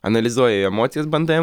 analizuoji emocijas bandai